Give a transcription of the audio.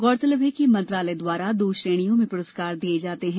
गौरतलब है कि मंत्रालय द्वारा दो श्रेणियों में पुरस्कार दिये जाते हैं